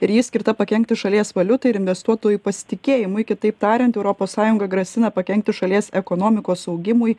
ir ji skirta pakenkti šalies valiutai ir investuotojų pasitikėjimui kitaip tariant europos sąjunga grasina pakenkti šalies ekonomikos augimui